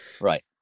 Right